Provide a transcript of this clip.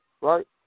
right